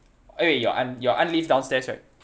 eh your aunt your aunt live downstairs right